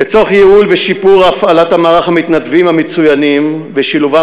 לצורך ייעול ושיפור הפעלת מערך המתנדבים המצוינים ושילובם